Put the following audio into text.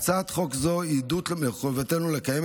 הצעת חוק זו היא עדות למחויבותנו לקיים את